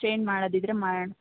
change ಮಾಡೋದಿದ್ರೆ ಮಾಡೋಣ